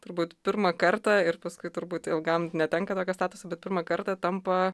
turbūt pirmą kartą ir paskui turbūt ilgam netenka tokio statuso bet pirmą kartą tampa